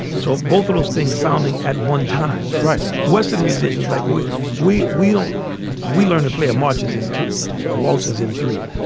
so both of those things sounding at one time. right. western musicians like we we we don't we learn to play a much as in two ah waltzes in three.